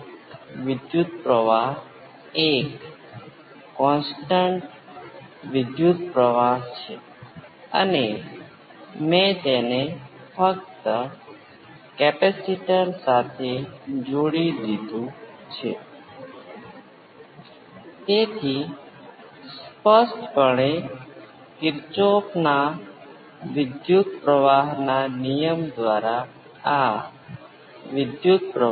તેથી સામાન્ય રીતે આપણે સાથે લાવ્યા હતા કે જો આ આપવામાં આવે છે જો કે આપણે R C સર્કિટ એક રેખિય પ્રણાલીનું ઉદાહરણ લીધું છે જે વાસ્તવિક ગુણાંક સાથે રેખીય પ્રણાલીમાં વાસ્તવિક ગુણાંક સાથે અમુક આઉટપુટ મળશે